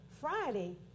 Friday